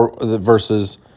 Versus